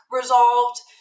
resolved